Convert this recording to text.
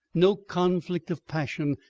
no conflict of passion.